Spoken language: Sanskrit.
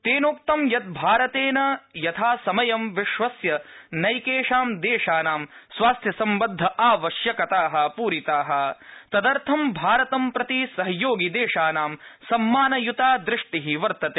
तेनोक्त यत भारतेन यथासमय विश्वस्य नैकेषा देशानां स्वास्थ्य सम्बद्ध आवश्यकताः पूरिताः तदर्थ भारतं प्रति सहयोगिदेशानां सम्मानयुता दृष्टिः वर्तते